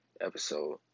episode